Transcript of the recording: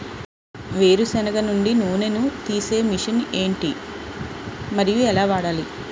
వేరు సెనగ నుండి నూనె నీ తీసే మెషిన్ ఏంటి? మరియు ఎలా వాడాలి?